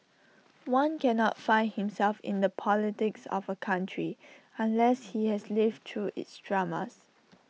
one cannot find himself in the politics of A country unless he has lived through its dramas